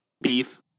beef